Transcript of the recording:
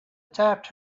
tapped